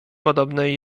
podobnej